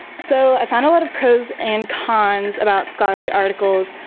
so, i found a lot of pros and cons about scholarly articles.